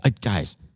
guys